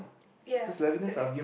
ya the